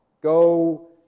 Go